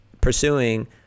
pursuing